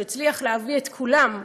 הוא הצליח להביא את כולם,